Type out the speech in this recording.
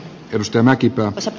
ristimäki satu